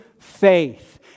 faith